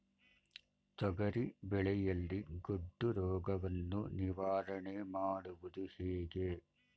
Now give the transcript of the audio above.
ತೊಗರಿ ಬೆಳೆಯಲ್ಲಿ ಗೊಡ್ಡು ರೋಗವನ್ನು ನಿವಾರಣೆ ಮಾಡುವುದು ಹೇಗೆ?